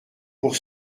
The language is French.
pour